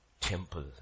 temple